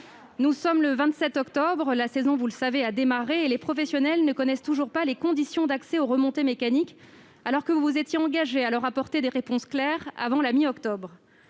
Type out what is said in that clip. Nous sommes le 27 octobre, la saison a démarré, comme vous le savez, et les professionnels ne connaissent toujours pas les conditions d'accès aux remontées mécaniques, alors que vous vous étiez engagé à leur apporter des réponses claires avant la mi-octobre.